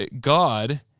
God